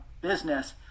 business